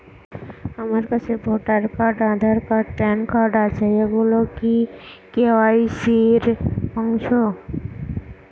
আমার কাছে voter card Aadhaar card PAN card আছে এগুলো কি কে.ওয়াই.সি র অংশ?